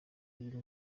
uyu